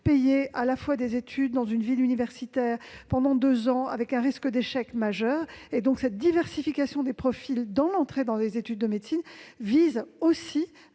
payer des études dans une ville universitaire pendant deux ans, avec un risque d'échec majeur. Cette diversification des profils dans l'entrée des études de médecine vise aussi